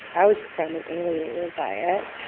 i was profoundly alienated by it.